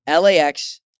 LAX